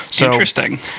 Interesting